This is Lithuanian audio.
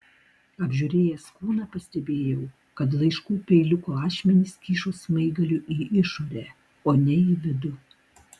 apžiūrėjęs kūną pastebėjau kad laiškų peiliuko ašmenys kyšo smaigaliu į išorę o ne į vidų